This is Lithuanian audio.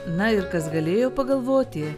na ir kas galėjo pagalvoti